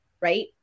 Right